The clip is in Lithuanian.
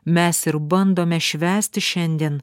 mes ir bandome švęsti šiandien